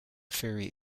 theory